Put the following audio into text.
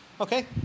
Okay